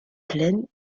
plaines